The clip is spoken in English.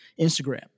Instagram